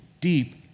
deep